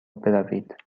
بروید